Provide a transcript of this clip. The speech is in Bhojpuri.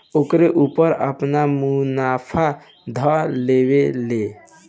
ओकरे ऊपर आपन मुनाफा ध लेवेला लो